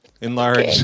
Enlarge